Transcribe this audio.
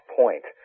point